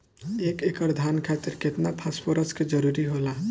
एक एकड़ धान खातीर केतना फास्फोरस के जरूरी होला?